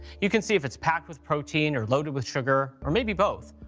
you can see if it's packed with protein or loaded with sugar, or maybe both,